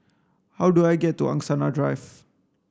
how do I get to Angsana Drive